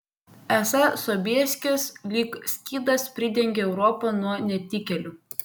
esą sobieskis lyg skydas pridengė europą nuo netikėlių